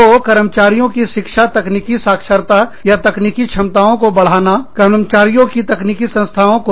तो कर्मचारियों की शिक्षा तकनीकी साक्षरता या तकनीकी क्षमताओं को बढ़ाना कर्मचारियों की तकनीकी संस्थाओं को